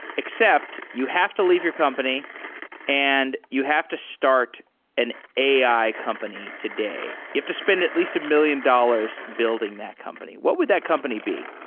except you have to leave your company and you have to start an ai company today. you have to spend at least a million dollars building that company. what would that company be?